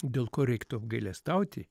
dėl ko reiktų apgailestauti